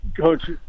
coach